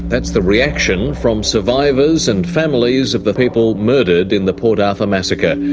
that's the reaction from survivors and families of the people murdered in the port arthur massacre,